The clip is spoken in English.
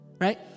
right